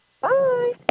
Bye